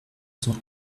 sont